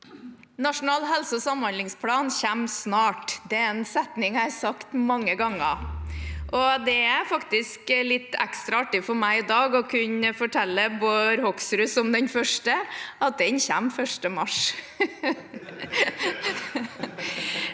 Nasjonal helse- og samhandlingsplan kommer snart. Det er en setning jeg har sagt mange ganger. Det er faktisk litt ekstra artig for meg i dag å kunne fortelle Bård Hoksrud, som den første, at den kommer 1. mars.